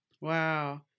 Wow